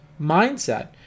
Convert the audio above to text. mindset